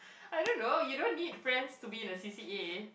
I don't know you don't need friends to be in the C_C_A